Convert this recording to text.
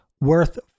worth